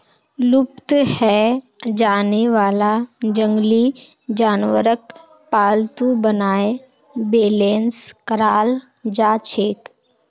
लुप्त हैं जाने वाला जंगली जानवरक पालतू बनाए बेलेंस कराल जाछेक